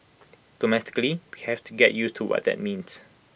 domestically we have to get used to what that means